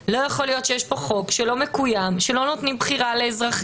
שלא יכול להיות שיש פה חוק שהוא לא מקוים ושלא נותנים בחירה לאזרחים.